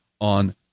on